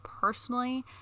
personally